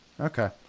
Okay